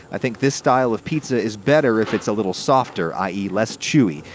i think this style of pizza is better if it's a little softer, i e. less chewy,